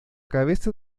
cabeza